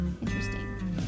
Interesting